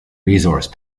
resource